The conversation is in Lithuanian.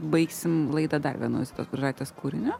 baigsim laidą dar vienu zitos bružaitės kūriniu